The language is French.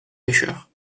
pêcheurs